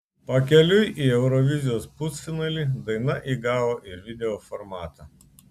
pakeliui į eurovizijos pusfinalį daina įgavo ir video formatą